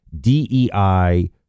DEI